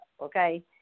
okay